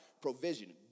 provision